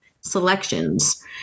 selections